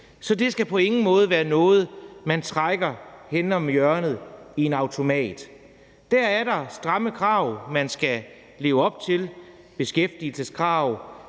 så det skal på ingen måde være noget. man trækker henne om hjørnet i en automat. Der er stramme krav; man skal leve op til beskæftigelseskrav,